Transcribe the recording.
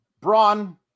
Braun